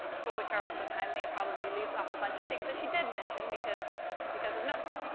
but which are also timely and probably leaves off a bunch of things that she did mention because because of notes.